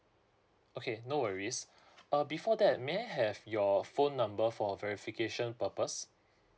okay no worries uh before that may I have your phone number for verification purpose